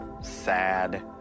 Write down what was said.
sad